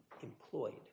employed